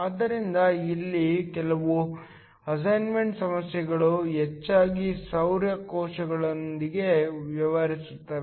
ಆದ್ದರಿಂದ ಇಲ್ಲಿ ಕೆಲವು ಅಸೈನ್ಮೆಂಟ್ ಸಮಸ್ಯೆಗಳು ಹೆಚ್ಚಾಗಿ ಸೌರ ಕೋಶಗಳೊಂದಿಗೆ ವ್ಯವಹರಿಸುತ್ತವೆ